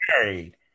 married